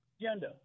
Agenda